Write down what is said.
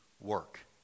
work